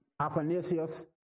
Athanasius